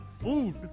Food